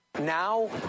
Now